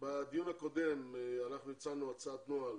בדיון הקודם אנחנו הצענו הצעת נוהל